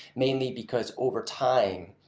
mainly because overtime,